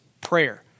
prayer